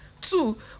Two